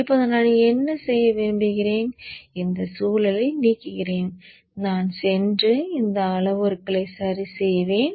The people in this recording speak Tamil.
இப்போது நான் என்ன செய்ய விரும்புகிறேன் இந்த சூழலை நீக்குகிறேன் நான் சென்று இந்த அளவுருக்களை சரிசெய்வேன்